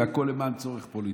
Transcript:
והכול למען צורך פוליטי".